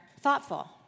thoughtful